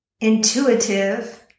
intuitive